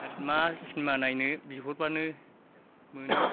आरो मा सिनेमा नायनो बिहरबानो मोनो